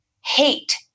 hate